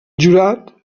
jurat